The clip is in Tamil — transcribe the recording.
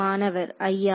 மாணவர் ஐயா